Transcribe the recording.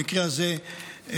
במקרה הזה בצומח,